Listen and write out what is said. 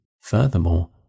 Furthermore